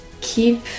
keep